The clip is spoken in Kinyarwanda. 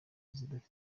zidafite